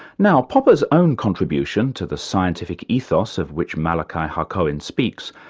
now popper's own contribution to the scientific ethos of which malachi hacohen speaks,